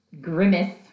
grimace